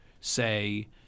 say